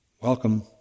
welcome